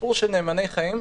הסיפור של "נאמני חיים",